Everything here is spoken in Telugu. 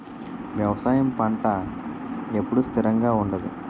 వ్యవసాయం పంట ఎప్పుడు స్థిరంగా ఉండదు